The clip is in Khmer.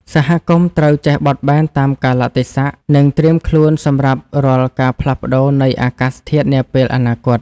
សហគមន៍ត្រូវចេះបត់បែនតាមកាលៈទេសៈ និងត្រៀមខ្លួនសម្រាប់រាល់ការផ្លាស់ប្តូរនៃអាកាសធាតុនាពេលអនាគត។